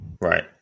right